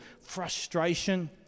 frustration